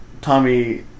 Tommy